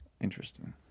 interesting